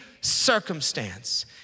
circumstance